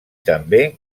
també